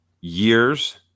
years